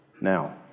now